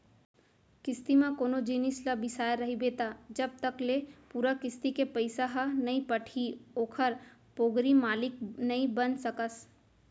किस्ती म कोनो जिनिस ल बिसाय रहिबे त जब तक ले पूरा किस्ती के पइसा ह नइ पटही ओखर पोगरी मालिक नइ बन सकस